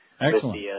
Excellent